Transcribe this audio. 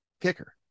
kicker